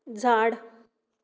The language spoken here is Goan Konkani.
झाड